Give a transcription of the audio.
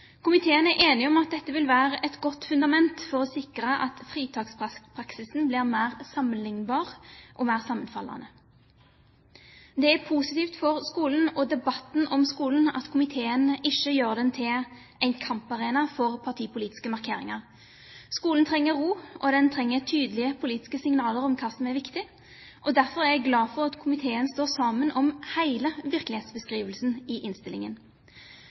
Komiteen er enig om at dette vil være et godt fundament for å sikre at fritakspraksisen blir mer sammenlignbar og mer sammenfallende. Det er positivt for skolen og debatten om skolen at komiteen ikke gjør den til en kamparena for partipolitiske markeringer. Skolen trenger ro, og den trenger tydelige politiske signaler om hva som er viktig. Derfor er jeg glad for at komiteen står sammen om hele virkelighetsbeskrivelsen i innstillingen.